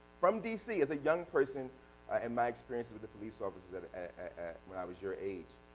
from d c. as a young person in my experience with the police officers when i was your age.